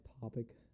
topic